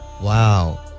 Wow